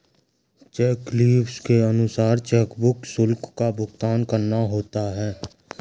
check leaves के अनुसार chequebook शुल्क का भुगतान करना होता है